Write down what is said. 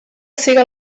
siga